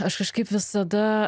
aš kažkaip visada